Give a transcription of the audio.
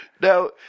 Now